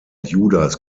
judas